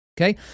okay